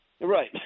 Right